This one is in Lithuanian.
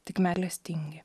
tik meilestingi